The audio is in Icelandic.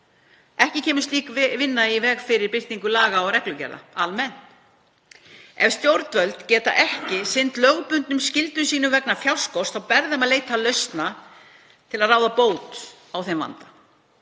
Ekki kemur slík vinna í veg fyrir birtingu laga og reglugerða. Ef stjórnvöld geta ekki sinnt lögbundnum skyldum sínum vegna fjárskorts ber þeim að leita lausnar til að ráða bót á vandanum.